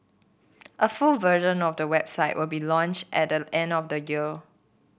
a full version of the website will be launch at the end of the year